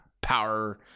power